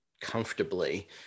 comfortably